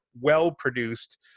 well-produced